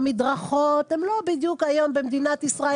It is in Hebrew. המדרכות הם לא בדיוק היום במדינת ישראל